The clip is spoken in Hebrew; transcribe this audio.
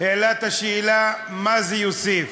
העלה את השאלה מה זה יוסיף,